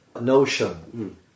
notion